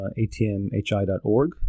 atmhi.org